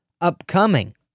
upcoming